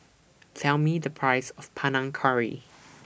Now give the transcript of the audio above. Tell Me The Price of Panang Curry